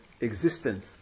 existence